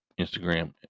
Instagram